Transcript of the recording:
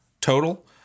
total